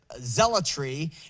zealotry